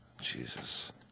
Jesus